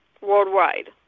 worldwide